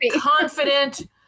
confident